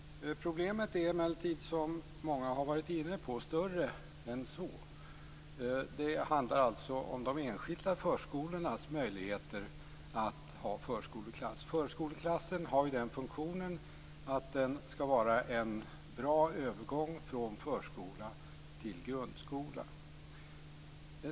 Problemet är emellertid, som många har varit inne på, större än så. Det handlar om de enskilda förskolornas möjligheter att ha förskoleklass. Förskoleklassen har funktionen att vara en bra övergång från förskola till grundskola.